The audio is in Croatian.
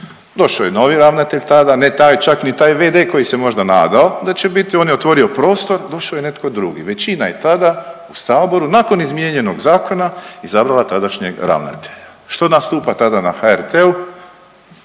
Došao je novi ravnatelj tada, ne taj, čak ni taj v.d. koji se možda nadao da će biti, on je otvorio prostor, došao je netko drugi, većina je tada u saboru nakon izmijenjenog zakona izabrala tadašnjeg ravnatelja. Što nastupa tada na HRT-u?